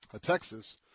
Texas